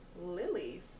Lilies